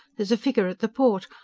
there's a figure at the port.